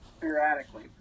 periodically